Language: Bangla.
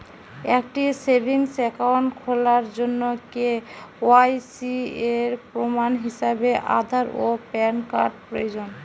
একটি সেভিংস অ্যাকাউন্ট খোলার জন্য কে.ওয়াই.সি এর প্রমাণ হিসাবে আধার ও প্যান কার্ড প্রয়োজন